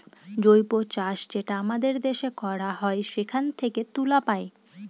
জৈব চাষ যেটা আমাদের দেশে করা হয় সেখান থেকে তুলা পায়